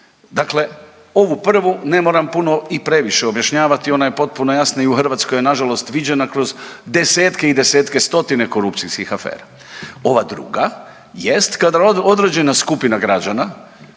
Dakle ovu prvu ne moram puno i previše objašnjavati, ona je potpuno jasna i u Hrvatskoj je nažalost viđena kroz desetke i desetke, stotine korupcijskih afera. Ova druga jest kad određena skupina građana,